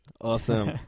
Awesome